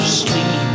sleep